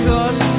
Cause